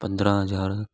पंद्रहां हज़ार